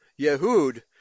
Yehud